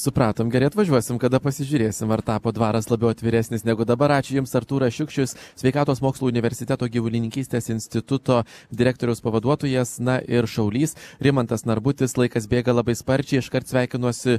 supratom geriau atvažiuosim kada pasižiūrėsim ar tapo dvaras labiau atviresnis negu dabar ačiū jums artūras šiukščius sveikatos mokslų universiteto gyvulininkystės instituto direktoriaus pavaduotojas na ir šaulys rimantas narbutis laikas bėga labai sparčiai iškart sveikinuosi